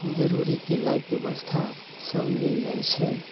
जरुरीके लायक व्यवस्था सब मिल जाइ छै